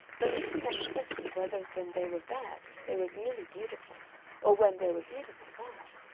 but mr. manning questioned whether when they were bad they were really beautiful or when they were beautiful bad.